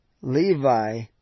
Levi